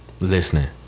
Listening